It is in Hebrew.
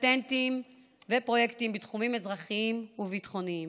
פטנטים ופרויקטים בתחומים אזרחיים וביטחוניים,